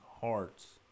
hearts